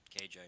KJ